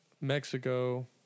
mexico